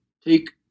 take